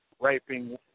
Raping